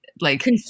like-